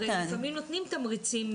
הרי לפעמים נותנים תמריצים.